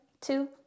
two